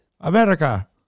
America